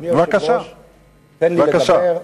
תן לי לדבר.